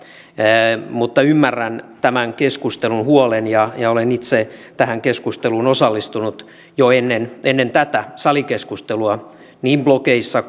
mutta ymmärrän tämän keskustelun huolen ja olen itse tähän keskusteluun osallistunut jo ennen ennen tätä salikeskustelua niin blogeissa